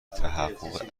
تحقق